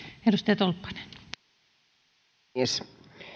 arvoisa puhemies